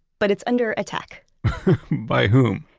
but it's under attack by whom?